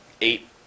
eight